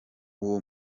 uwo